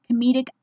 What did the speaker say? comedic